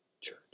church